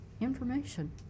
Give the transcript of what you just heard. information